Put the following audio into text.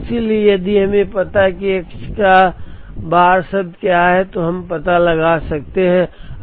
इसलिए यदि हमें पता है कि x का बार शब्द क्या है तो हम पता लगा सकते हैं